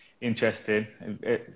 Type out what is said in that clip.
interesting